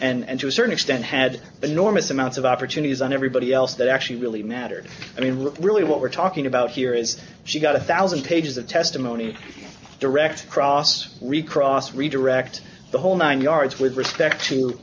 and to a certain extent had enormous amounts of opportunities on everybody else that actually really mattered i mean really what we're talking about here is she got a thousand pages of testimony direct cross recross redirect the whole nine yards with respect